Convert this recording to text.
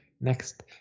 Next